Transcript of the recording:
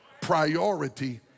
priority